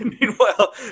Meanwhile